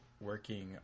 working